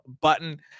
button